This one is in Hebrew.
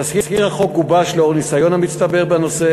תזכיר החוק גובש לנוכח הניסיון המצטבר בנושא